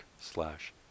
slash